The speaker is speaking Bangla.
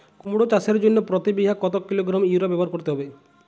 কুমড়ো চাষের জন্য প্রতি বিঘা কত কিলোগ্রাম ইউরিয়া ব্যবহার করতে হবে?